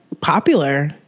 popular